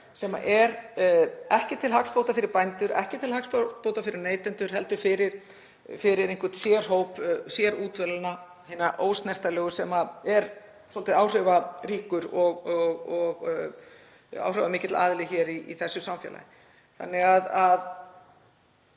sem er ekki til hagsbóta fyrir bændur, ekki til hagsbóta fyrir neytendur heldur fyrir einhvern sérhóp útvalinna, hina ósnertanlegu, sem er áhrifamikill aðili í þessu samfélagi.